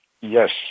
Yes